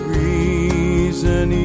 reason